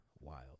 wild